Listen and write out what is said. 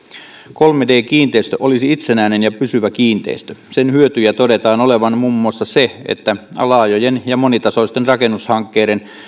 kolme d kiinteistö olisi itsenäinen ja pysyvä kiinteistö sen hyötyjä todetaan olevan muun muassa se että laajojen ja monitasoisten rakennushankkeiden